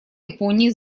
японии